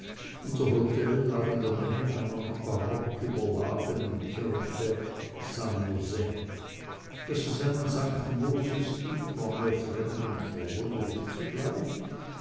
unser hotel lag in nähe einer mit barock überladenen kirche san mos daß es einen sankt moses gibt war mir fremd und verwunderlich zugleich